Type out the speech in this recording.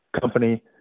company